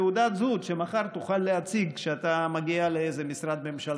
תעודת זהות שמחר תוכל להציג כשאתה מגיע לאיזה משרד ממשלתי,